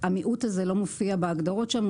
המיעוט הזה לא מופיע בהגדרות שם.